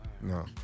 No